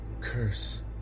Curse